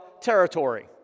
territory